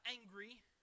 angry